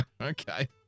Okay